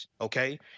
okay